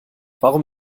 warum